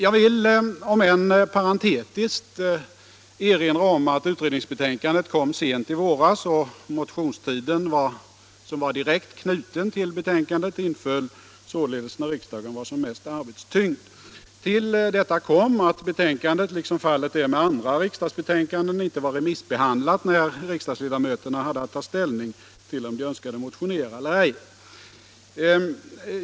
Jag vill om än parentetiskt erinra om att utredningsbetänkandet kom sent i våras. Motionstiden, som var direkt knuten till betänkandet, inföll således när riksdagen var som mest arbetstyngd. Till detta kom att betänkandet — liksom fallet är med andra riksdagsbetänkanden — inte var remissbehandlat när riksdagsledamöterna hade att ta ställning till om de önskade motionera eller ej.